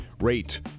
Rate